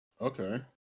okay